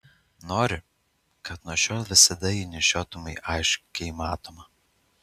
noriu kad nuo šiol visada jį nešiotumei aiškiai matomą